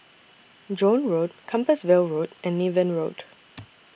Joan Road Compassvale Road and Niven Road